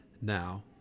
Now